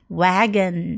wagon